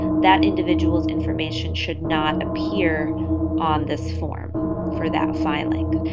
that individual's information should not appear on this form for that filing.